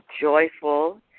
joyful